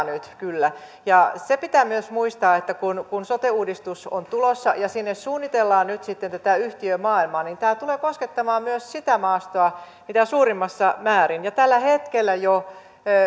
nyt kyllä se pitää myös muistaa että kun kun sote uudistus on tulossa ja sinne suunnitellaan nyt sitten tätä yhtiömaailmaa niin tämä tulee koskettamaan myös sitä maastoa mitä suurimmassa määrin ja jo tällä hetkellä suuri